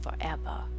forever